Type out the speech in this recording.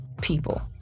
people